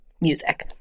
music